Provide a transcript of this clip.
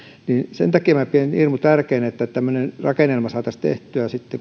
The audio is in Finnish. sen takia minä pidän hirmu tärkeänä että tämmöinen rakennelma saataisiin tehtyä sitten